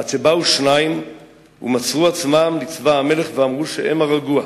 עד שבאו שניים ומסרו עצמם לצבא המלך ואמרו שהם הרגוה,